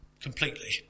completely